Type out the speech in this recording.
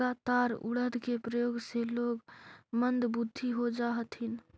लगातार उड़द के प्रयोग से लोग मंदबुद्धि हो जा हथिन